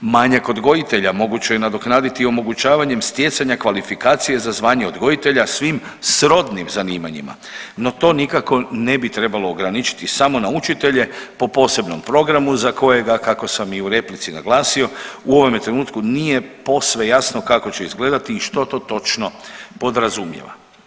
Manjak odgojitelja moguće je nadoknaditi omogućavanjem stjecanja kvalifikacije za zvanje odgojitelja svim srodnim zanimanjima, no to nikako ne bi trebalo ograničiti samo na učitelje po posebnom programu za kojega kako sam i u replici naglasio u ovome trenutku nije posve jasno kako će izgledati i što to točno podrazumijeva.